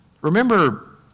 remember